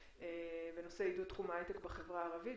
בנושא עידוד תחום ההיי-טק בחברה הערבית.